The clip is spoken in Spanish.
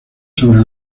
sobre